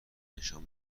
نشان